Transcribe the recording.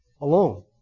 alone